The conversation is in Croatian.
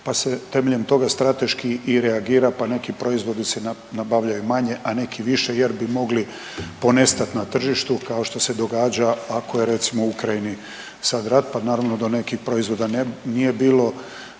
pa se temeljem toga strateški i reagira, pa neki proizvodi se nabavljaju manje, a neki više jer bi mogli ponestati na tržištu kao što se događa ako je recimo u Ukrajini sad rat pa naravno da nekih proizvoda nije bilo,